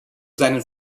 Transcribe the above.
seinen